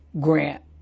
grant